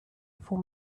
for